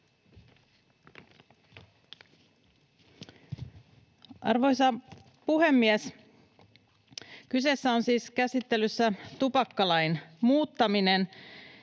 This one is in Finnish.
Arvoisa puhemies! Kyseessä on siis käsittelyssä oleva tupakkalain muuttaminen.